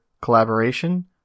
collaboration